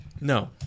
No